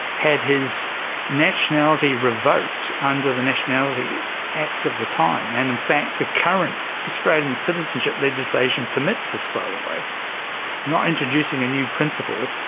had his nationality revoked under the nationality act of the time, and in fact the current australian citizenship legislation permits this by the way. i'm not introducing a new principle.